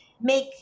make